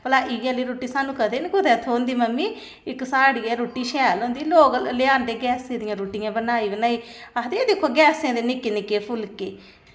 भला इ'यै नेही रुट्टी सानूं कदें निं कुतै थ्होंदी मम्मी इक साढ़ी गै रुट्टी शैल होंदी लोक लेई औंदे गैसे दी रुट्टियां बनाई बनाई आखदी एह् दिक्खो गैसें दे निक्के निक्के फुलके